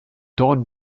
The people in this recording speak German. dorn